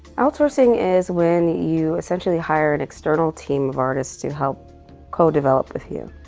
outsourcing is when you essentially hire an external team of artists to help co-develop with you.